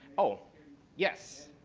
oh yes,